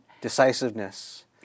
Decisiveness